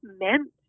meant